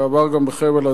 בעבר גם בחבל-עזה,